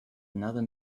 another